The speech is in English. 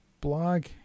blog